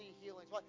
healings